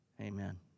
Amen